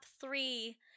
three